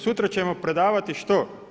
Sutra ćemo predavati što?